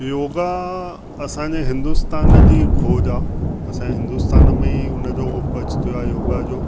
योगा असांजे हिंदुस्तान जी खोजु आहे असांजे हिंदुस्तान में ई उन जो उपज थियो आहे योगा जो